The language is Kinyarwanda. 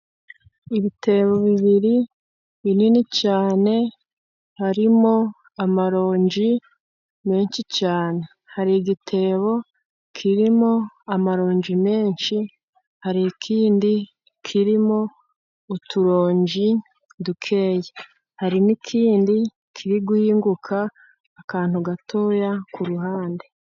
Ibitebo bibiri binini cyane, harimo amaronji menshi cyane, hari igitebo kirimo amarongi menshi hari ikindi kirimo uturonji duke hari n'ikindi kiri guhinguka akantu gato ku ruhande.